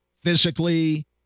physically